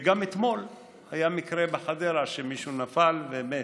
גם אתמול היה מקרה בחדרה שמישהו נפל ומת.